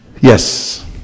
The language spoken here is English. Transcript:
Yes